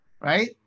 Right